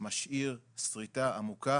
משאיר שריטה עמוקה